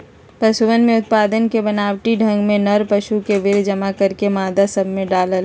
पशुअन के उत्पादन के बनावटी ढंग में नर पशु के वीर्य जमा करके मादा सब में डाल्ल